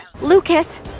Lucas